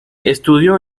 estudió